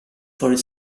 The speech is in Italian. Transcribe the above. for